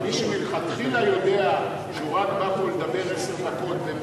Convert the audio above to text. אבל מי שמלכתחילה יודע שהוא רק בא לדבר פה עשר דקות,